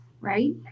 right